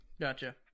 gotcha